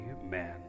Amen